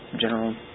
general